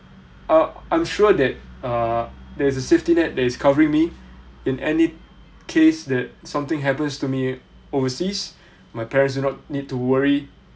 err I'm sure that uh there's a safety net that is covering me in any case that something happens to me overseas my parents do not need to worry